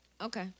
okay